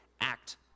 act